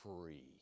free